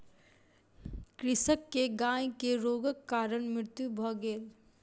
कृषक के गाय के रोगक कारण मृत्यु भ गेल